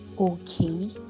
okay